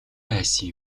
байсан